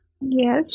Yes